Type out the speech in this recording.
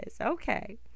okay